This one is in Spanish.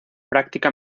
práctica